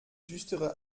düstere